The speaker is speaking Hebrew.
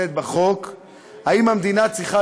ושיקום)